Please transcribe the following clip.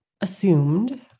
assumed